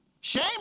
Shame